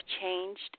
changed